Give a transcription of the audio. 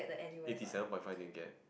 eighty seven point five do you get